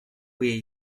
jej